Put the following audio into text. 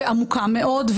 עמוקה מאוד,